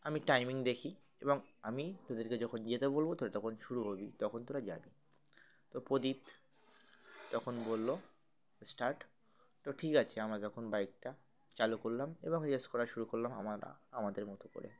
আমি টাইমিং দেখি এবং আমি তোদেরকে যখন যেতে বলব তোরা তখন শুরু করবি তখন তোরা যাবি তো প্রদীপ তখন বলল স্টার্ট তো ঠিক আছে আমরা তখন বাইকটা চালু করলাম এবং রেস করা শুরু করলাম আমরা আমাদের মতো করে